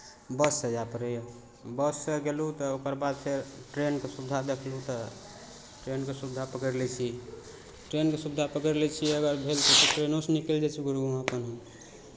बससँ जाइ पड़ैए बससँ गेलहुँ तऽ ओकर बाद फेर ट्रेनके सुविधा देखलहुँ तऽ ट्रेनके सुविधा पकड़ि लै छी ट्रेनके सुविधा पकड़ि लै छी अगर भेल तऽ ट्रेनोसँ निकलि जाइ छी गुड़गाँव अपन हम